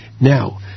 Now